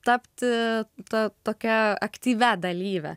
tapti ta tokia aktyvia dalyve